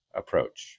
approach